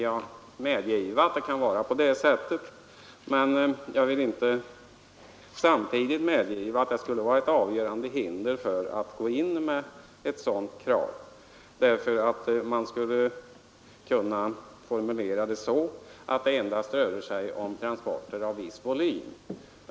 Jag medger att det kan vara på det sättet, men jag vill samtidigt inte gå med på att det skulle vara ett avgörande hinder mot att gå in med ett sådant krav. Man skulle kunna formulera det så, att det endast rörde sig om transporter av viss volym.